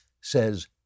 says